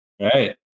Right